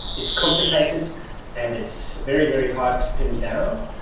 it's complicated and it's very, very hard to pin down,